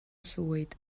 llwyd